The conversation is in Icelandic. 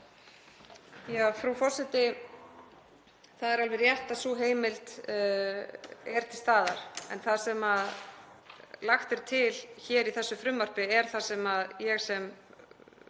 Frú forseti. Það er alveg rétt að sú heimild er til staðar en það sem lagt er til hér í þessu frumvarpi er það sem ég sem